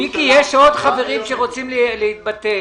מיקי, יש עוד חברים שרוצים להתבטא.